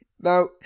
No